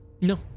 No